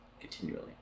continually